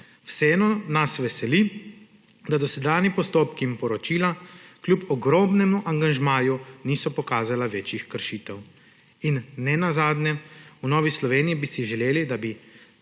Vseeno nas veseli, da dosedanji postopki in poročila kljub ogromnemu angažmaju niso pokazala večjih kršitev. In nenazadnje, v Novi Sloveniji bi si želeli, da bi